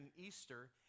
easter